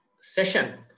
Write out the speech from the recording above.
session